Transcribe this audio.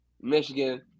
Michigan